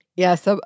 Yes